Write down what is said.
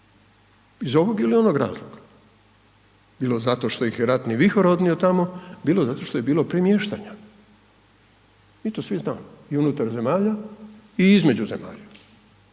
iz ovog ili onog razloga, bilo zato što ih je ratni vihor odnio tamo, bilo zato što je bilo premještanja, mi to svi znamo i unutar zemalja i između zemalja.